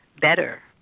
better